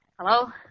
Hello